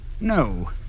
No